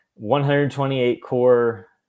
128-core